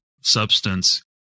substance